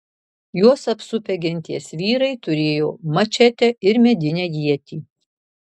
juos apsupę genties vyrai turėjo mačetę ir medinę ietį